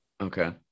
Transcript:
Okay